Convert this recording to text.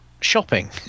shopping